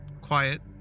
quiet